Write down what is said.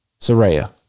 Soraya